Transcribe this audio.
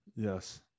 Yes